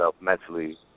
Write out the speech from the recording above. mentally